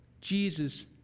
Jesus